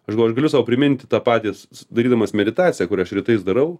aš galvoju aš sau priminti tą patys darydamas meditaciją kurią aš rytais darau